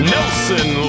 Nelson